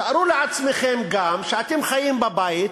תארו לעצמכם גם שאתם חיים בבית,